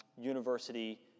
University